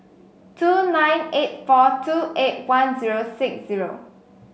two nine eight four two eight one zero six zero